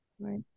Right